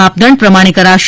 માપદંડ પ્રમાણે કરશે